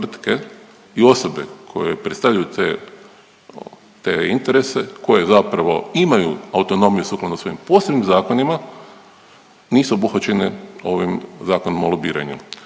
i osobe koje predstavljaju te, te interese koje zapravo imaju autonomiju sukladno svojim posebnim zakonima, nisu obuhvaćene ovim Zakonom o lobiranju